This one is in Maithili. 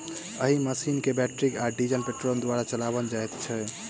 एहि मशीन के बैटरी आ डीजल पेट्रोल द्वारा चलाओल जाइत छै